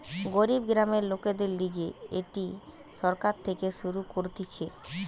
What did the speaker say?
গরিব গ্রামের লোকদের লিগে এটি সরকার থেকে শুরু করতিছে